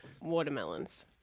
watermelons